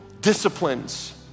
disciplines